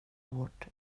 vårt